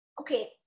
okay